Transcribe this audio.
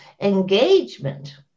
engagement